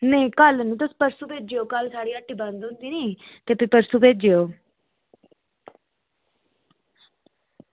नेईं कल्ल निं तुस परसों भेजेओ कल्ल साढ़ी हट्टी बंद होंदी नी ते भी तुस परसो भेजेओ